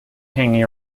hanging